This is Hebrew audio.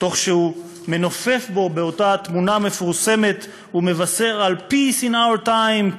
כשהוא מנופף באותה תמונה מפורסמת ומבשר על Peace in our time,